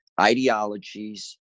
ideologies